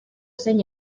zein